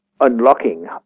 unlocking